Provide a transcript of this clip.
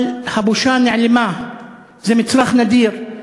אבל הבושה נעלמה, זה מצרך נדיר.